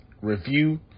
review